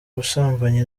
ubusambanyi